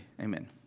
Amen